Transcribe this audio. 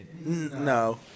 No